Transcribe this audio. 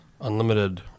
unlimited